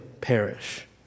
perish